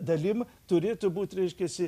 dalim turėtų būt reiškiasi